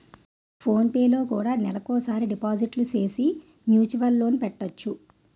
phone పేలో కూడా నెలకోసారి డిపాజిట్లు సేసి మ్యూచువల్ లోన్ పెట్టొచ్చు